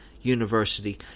University